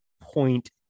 point